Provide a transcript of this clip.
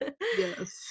Yes